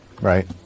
Right